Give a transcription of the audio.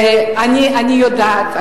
אני יודעת,